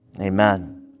Amen